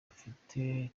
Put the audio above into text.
afite